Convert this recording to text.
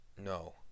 No